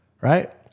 Right